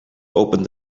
open